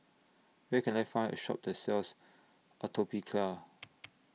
Where Can I Find A Shop that sells Atopiclair